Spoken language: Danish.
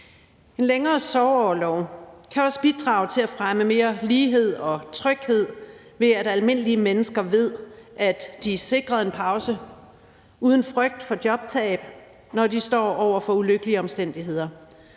En længere sorgorlov kan også bidrage til at fremme mere lighed og tryghed, ved at almindelige mennesker ved, at de er sikret en pause uden frygt for jobtab, når de står over for ulykkelige omstændigheder.